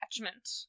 attachment